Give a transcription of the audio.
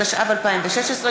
התשע"ו 2016,